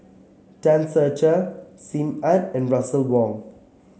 Tan Ser Cher Sim Ann and Russel Wong